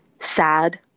sad